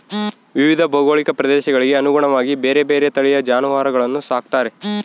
ವಿವಿಧ ಭೌಗೋಳಿಕ ಪ್ರದೇಶಗಳಿಗೆ ಅನುಗುಣವಾಗಿ ಬೇರೆ ಬೇರೆ ತಳಿಯ ಜಾನುವಾರುಗಳನ್ನು ಸಾಕ್ತಾರೆ